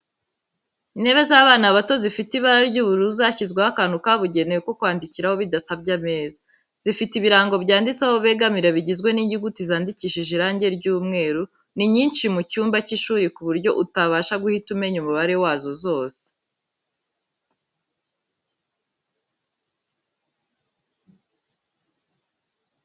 Intebe z'abana bato zifite ibara ry'ubururu, zashyizweho akantu kabugenewe ko kwandikiraho bidasabye ameza, zifite ibirango byanditse aho begamira bigizwe n'inyunguti zandikishije irangi ry'umweru, ni nyinshi mu cyumba cy'ishuri ku buryo utabasha guhita umenya umubare wazo zose.